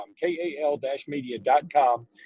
kal-media.com